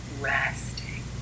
Resting